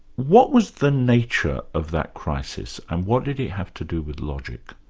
what was the nature of that crisis and what did it have to do with logic?